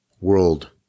world